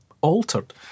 altered